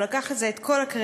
הוא לקח על זה את כל הקרדיט.